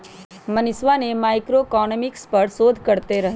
मनीषवा मैक्रोइकॉनॉमिक्स पर शोध करते हई